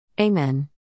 Amen